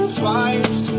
twice